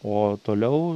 o toliau